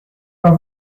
pas